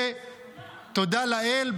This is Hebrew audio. ותודה לאל,